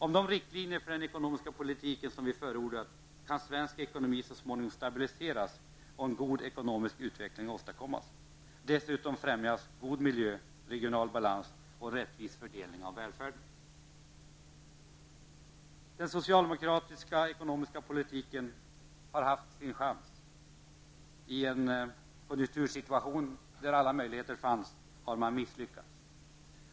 Om de riktlinjer för den ekonomiska politiken som vi har förordat följs, kan svensk ekonomi så småningom stabiliseras och en god ekonomisk utveckling åstadkommas. Dessutom främjas god miljö, regional balans och en rättvis fördelning av välfärden. Den socialdemokratiska ekonomiska politiken har haft sin chans. I en konjunktursituation där alla möjligheter fanns har man misslyckats.